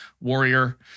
warrior